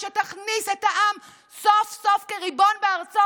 ושתכניס את העם סוף-סוף כריבון בארצו